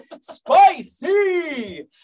spicy